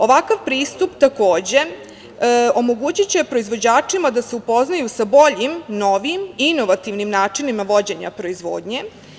Ovakav pristup, takođe, omogućiće proizvođačima da se upoznaju sa boljim, novim, inovativnim načinima vođenja proizvodnje.